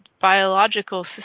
biological